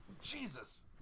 Jesus